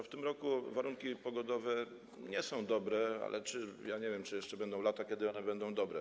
W tym roku warunki pogodowe nie są dobre, ale nie wiem, czy jeszcze będą lata, kiedy one będą dobre.